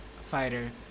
fighter